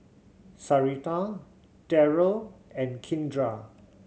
Sarita Daryl and Kindra